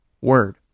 Word